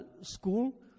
school